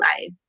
life